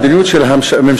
המדיניות של הממשלה,